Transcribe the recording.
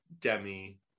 Demi